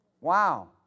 Wow